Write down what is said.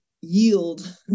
yield